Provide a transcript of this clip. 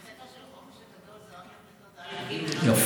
זה רק לכיתות א' נכון.